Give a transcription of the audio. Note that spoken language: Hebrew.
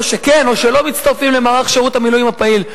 או שכן או שלא מצטרפים למערך שירות המילואים הפעיל.